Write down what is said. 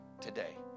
today